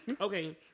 Okay